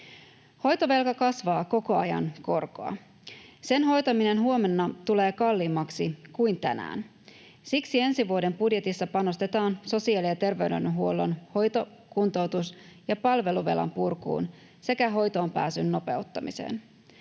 Hoitovelka kasvaa koko ajan korkoa. Sen hoitaminen huomenna tulee kalliimmaksi kuin tänään. Siksi ensi vuoden budjetissa panostetaan sosiaali- ja terveydenhuollon hoito‑, kuntoutus- ja palveluvelan purkuun sekä hoitoon pääsyn nopeuttamiseen.